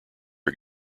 are